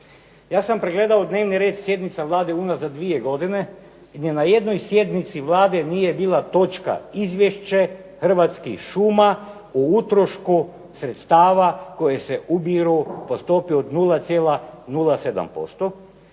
Ja sam pregledao dnevni red sjednica Vlade unazad dvije godine i na ni jednoj sjednici Vlade nije bila točka Izvješće Hrvatskih šuma o utrošku sredstava koja se ubiru po stopi od 0,07%.